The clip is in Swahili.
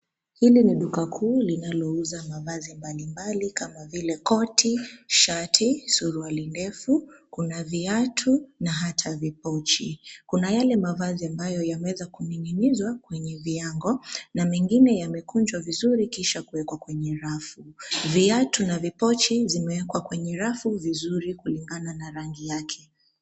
Hili ni duka kuu linalouza mavazi mbalimbali kama vile koti, shati, suruali ndefu, kuna viatu na hata vipochi. Kuna yale mavazi ambayo yameweza kuning'nizwa kwenye viango na mengine yamekunjwa vizuri kisha kuwekwa kwenye rafu. Viatu na vipochi zimewekwa kwenye rafu vizuri kulingana na rangi yake.